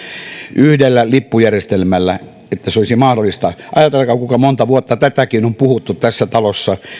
yhdellä lippujärjestelmällä olisi mahdollista ajatelkaa kuinka monta vuotta tätäkin on puhuttu tässä talossa